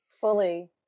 Fully